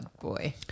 boy